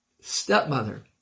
stepmother